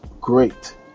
great